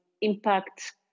impact